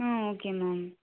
ம் okay ma'am